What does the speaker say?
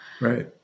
Right